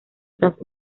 tras